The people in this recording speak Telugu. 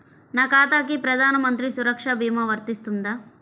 నా ఖాతాకి ప్రధాన మంత్రి సురక్ష భీమా వర్తిస్తుందా?